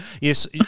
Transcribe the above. Yes